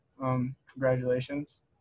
Congratulations